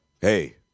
Hey